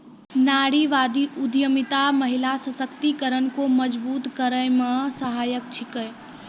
नारीवादी उद्यमिता महिला सशक्तिकरण को मजबूत करै मे सहायक छिकै